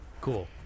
Cool